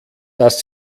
dass